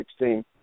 2016